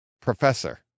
professor